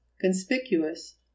conspicuous